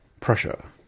Prussia